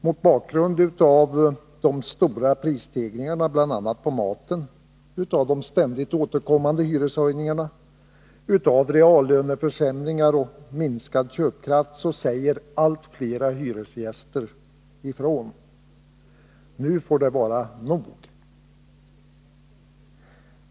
Mot bakgrund av de kraftiga prisstegringarna på bl.a. maten, av ständigt återkommande hyreshöjningar, av reallöneförsämringar och minskad köpkraft säger allt flera hyresgäster ifrån: Nu får det vara nog!